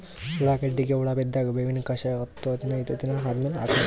ಉಳ್ಳಾಗಡ್ಡಿಗೆ ಹುಳ ಬಿದ್ದಾಗ ಬೇವಿನ ಕಷಾಯ ಹತ್ತು ಹದಿನೈದ ದಿನ ಆದಮೇಲೆ ಹಾಕಬೇಕ?